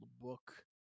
book